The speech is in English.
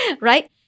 right